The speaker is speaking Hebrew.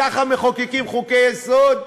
ככה מחוקקים חוקי-יסוד?